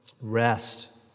rest